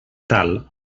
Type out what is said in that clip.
tal